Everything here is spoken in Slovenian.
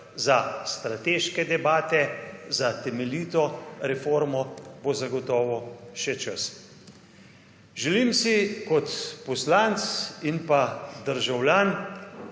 Za strateške debate, za temeljito reformo, bo zagotovo še čas. Želim si, kot poslanec in pa državljan,